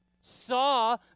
Saw